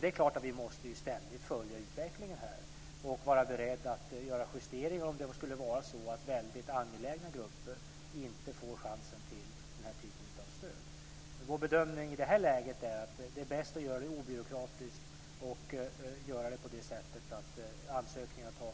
Det är klart att vi ständigt måste följa utvecklingen och vara beredda att göra justeringar om det skulle vara så att angelägna grupper inte får chansen till den typen av stöd. Vår bedömning i det här läget är att det är bäst att göra detta obyråkratiskt, såtillvida att ansökningarna tas i den ordning de kommer in.